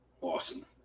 awesome